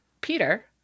Peter